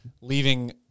leaving